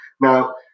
Now